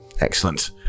Excellent